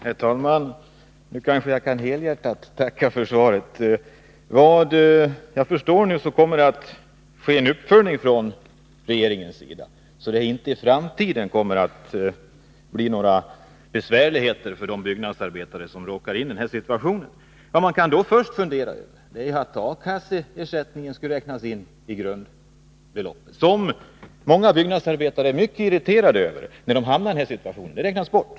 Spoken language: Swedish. Herr talman! Nu kanske jag kan tacka helhjärtat för svaret. Såvitt jag förstår kommer det att ske en uppföljning från regeringens sida, så att det i framtiden inte skall bli några besvärligheter för de byggnadsarbetare som råkar i denna situation. Man kunde då först fundera över om inte A-kasseersättningen skulle kunna räknas in i grundbeloppet. Många byggnadsarbetare som hamnar i denna situation är mycket irriterade över att den räknas bort.